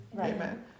Amen